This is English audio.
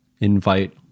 invite